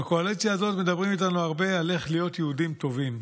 בקואליציה הזאת מדברים איתנו הרבה על איך להיות יהודים טובים,